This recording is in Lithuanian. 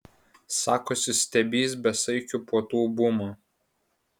sakosi stebįs besaikių puotų bumą